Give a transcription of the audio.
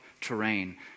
terrain